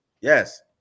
Yes